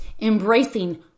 embracing